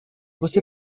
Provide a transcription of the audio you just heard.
você